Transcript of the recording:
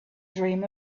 dream